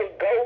go